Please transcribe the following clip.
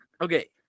Okay